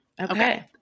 Okay